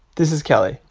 this is kelly.